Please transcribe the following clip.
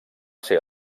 ser